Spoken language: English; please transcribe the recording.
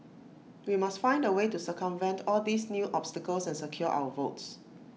we must find A way to circumvent all these new obstacles and secure our votes